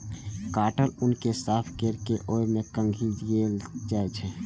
काटल ऊन कें साफ कैर के ओय मे कंघी कैल जाइ छै